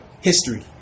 history